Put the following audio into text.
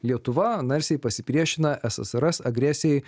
lietuva narsiai pasipriešina ssrs agresijai